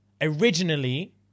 originally